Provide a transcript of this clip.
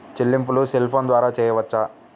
చెల్లింపులు cell phone ద్వారా చేయవచ్చా?